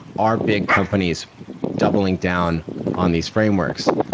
are big companies doubling down on these frameworks?